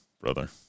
brother